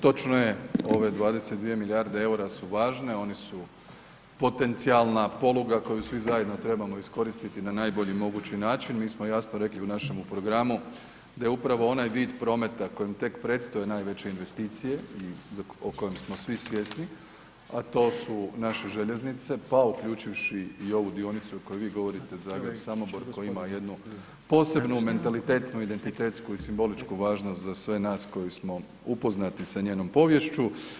Točno je, ove 22 milijarde eura su važne, oni su potencijalna poluga koju svi zajedno trebamo iskoristiti na najbolji mogući način, mi smo jasno rekli u našemu programu da je upravo onaj vid prometa kojem te predstoje najveće investicije i o kojem smo svi svjesni, a to su naše željeznice pa uključujući i ovu dionicu o kojoj vi govorite Zagreb-Samobor koji ima jednu posebnu mentalitetnu, identitetsku i simboličku važnost za sve nas koji smo upoznati sa njenom poviješću.